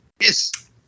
Yes